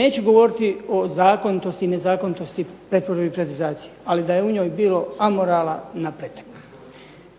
Neću govoriti o zakonitosti i nezakonitosti pretvorbe i privatizacije, ali da je u njoj bilo amorala napretek.